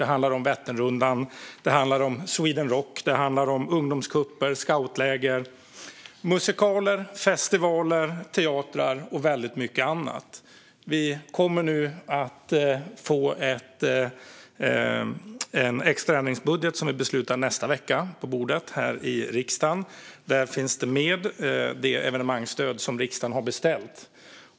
Det handlar om Vätternrundan, Sweden Rock, ungdomscuper, scoutläger, musikaler, festivaler, teatrar och väldigt mycket annat. Vi kommer nu att få en extra ändringsbudget, som vi beslutar om nästa vecka, på bordet här i riksdagen. Där finns det evenemangsstöd med som riksdagen har beställt.